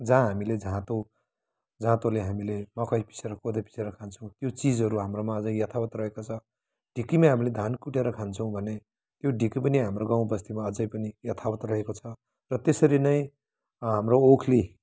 जहाँ हामीले जाँतो जाँतोले हामीले मकै पिसेर कोदो पिसेर खान्छौँ त्यो चिजहरू हाम्रोमा अझै यथावत् रहेको छ ढिकीमा हामीले धान कुटेर खान्छौँ भने त्यो ढिकी पनि हाम्रो गाउँ बस्तीमा अझै पनि यथावत् रहेको छ र त्यसरी नै हाम्रो ओखली